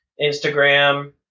Instagram